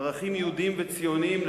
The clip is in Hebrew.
ערכים יהודיים וציוניים,